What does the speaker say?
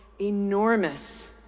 enormous